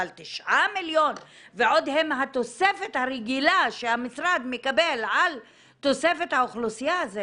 אבל 9 מיליון ועוד עם התוספת הרגילה שהמשרד מקבל על תוספת האוכלוסייה זה